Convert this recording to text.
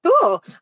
Cool